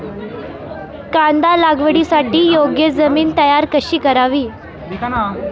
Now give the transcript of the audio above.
कांदा लागवडीसाठी योग्य जमीन तयार कशी करावी?